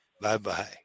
Bye-bye